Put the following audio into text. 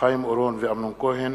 חיים אורון ואמנון כהן,